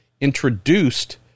introduced